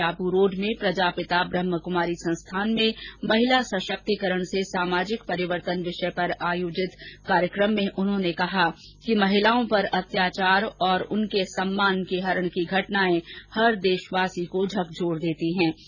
आज आब्रोड़ में प्रजापिता ब्रहमक्मारी संस्थान में महिला सशक्तिकरण से सामाजिक परिवर्तन विषय पर आयोजित कार्यक्रम में उन्होंने कहा कि महिलाओं पर अत्याचार और उनके सम्मान के हरण की घटनाएं हर देशवासी को झकझोर देती है